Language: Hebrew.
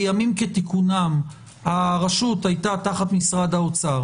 בימים כתיקונם הרשות היתה תחת משרד האוצר.